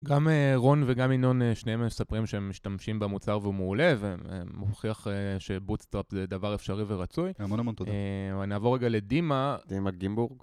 גם רון וגם ינון שניהם מספרים שהם משתמשים במוצר והוא מעולה ומוכיח שבוטסטראפ זה דבר אפשרי ורצוי. המון המון תודה. נעבור רגע לדימה. דימה גימבורג.